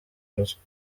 ruswa